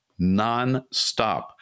nonstop